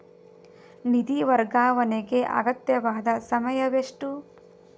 ನಿಧಿ ವರ್ಗಾವಣೆಗೆ ಅಗತ್ಯವಾದ ಸಮಯವೆಷ್ಟು?